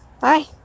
Bye